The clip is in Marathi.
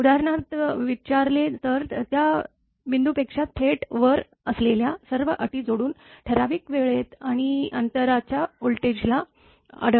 उदाहरणार्थ विचारले तर त्या बिंदूपेक्षा थेट वर असलेल्या सर्व अटी जोडून ठराविक वेळेत आणि अंतराच्या व्होल्टेजला आढळते